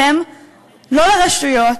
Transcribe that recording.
לא לרשויות,